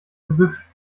gebüsch